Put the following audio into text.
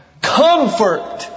comfort